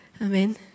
Amen